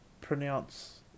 pronounce